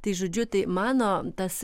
tai žodžiu tai mano tas